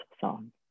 song